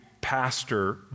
pastor